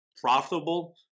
profitable